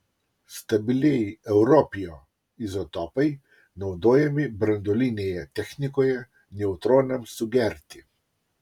stabilieji europio izotopai naudojami branduolinėje technikoje neutronams sugerti